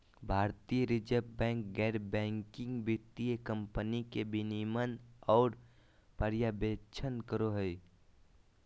भारतीय reserve bank गैर banking वित्तीय कम्पनी के विनियमन आर पर्यवेक्षण करो हय